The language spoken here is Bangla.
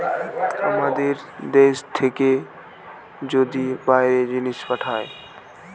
আমাদের দ্যাশ থেকে যদি বাইরে জিনিস পাঠায়